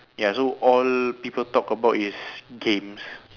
ya so all people talk about is games